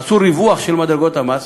עשו ריווח של מדרגות המס.